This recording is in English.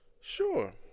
Sure